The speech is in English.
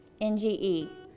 N-G-E